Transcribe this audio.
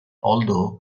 although